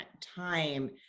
time